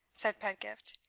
said pedgift.